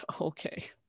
okay